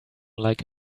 like